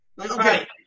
okay